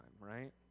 right